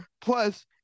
Plus